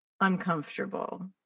uncomfortable